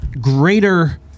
greater